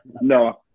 No